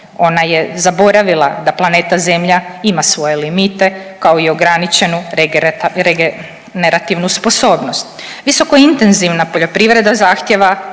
Ona je zaboravila da planeta Zemlja ima svoje limite, kao i ograničenu regenerativnu sposobnost. Visokointenzivna poljoprivreda zahtjeva